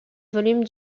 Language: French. volumes